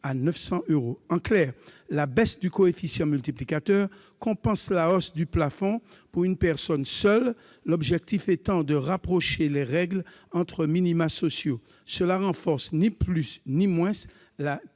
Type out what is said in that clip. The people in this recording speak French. à 900 euros. En clair, la baisse du coefficient multiplicateur compense la hausse du plafond pour une personne seule, l'objectif étant de rapprocher les règles entre minima sociaux. Cela renforce ni plus ni moins la